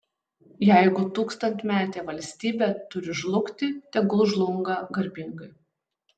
jeigu tūkstantmetė valstybė turi žlugti tegul žlunga garbingai